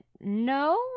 no